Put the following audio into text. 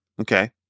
Okay